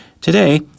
Today